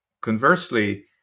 conversely